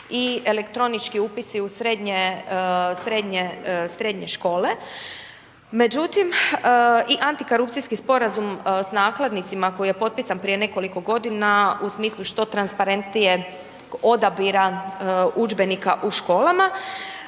i elektronički upisi u srednje škole, međutim i antikorupcijski sporazum s nakladnicima koji je potpisan prije nekoliko godina u smislu što transparentnijeg odabira udžbenika u školama.